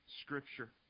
Scripture